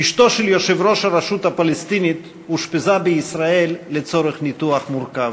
אשתו של יושב-ראש הרשות הפלסטינית אושפזה בישראל לצורך ניתוח מורכב.